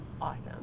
Awesome